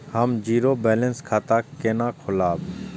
हम zero balance खाता केना खोलाब?